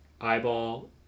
eyeball